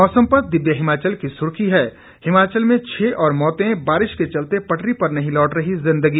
मौसम पर दिव्य हिमाचल की सुर्खी है हिमाचल में छह और मौतें बारिश के चलते पटरी पर नहीं लौट रही जिन्दगी